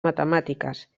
matemàtiques